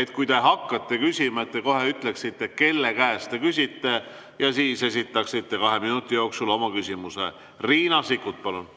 et kui te hakkate küsima, siis te kohe ütleksite, kelle käest te küsite, ja siis esitaksite kahe minuti jooksul oma küsimuse. Riina Sikkut, palun!